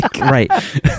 Right